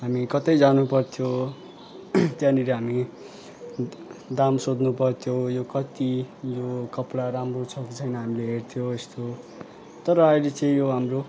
हामी कतै जानु पर्थ्यो त्यहाँनिर हामी दाम सोध्नु पर्थ्यो यो कति यो कपडा राम्रो छ कि छैन हामीले हेर्थ्यो यस्तो तर अहिले चाहिँ यो हाम्रो